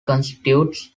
constitutes